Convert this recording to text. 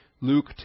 Luke